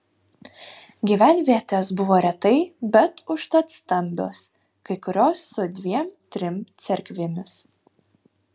gyvenvietės buvo retai bet užtat stambios kai kurios su dviem trim cerkvėmis